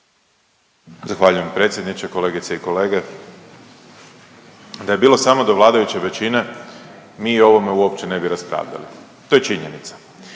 Zahvaljujem predsjedniče. Kolegice i kolege, da je bilo samo do vladajuće većine mi o ovome uopće ne bi raspravljali. To je činjenica.